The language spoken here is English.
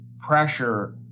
pressure